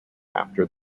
after